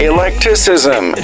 Electicism